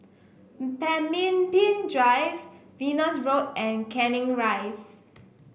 Pemimpin Drive Venus Road and Canning Rise